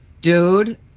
dude